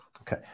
Okay